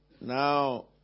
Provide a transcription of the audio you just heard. Now